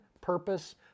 purpose